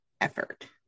effort